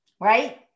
right